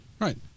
right